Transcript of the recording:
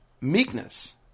meekness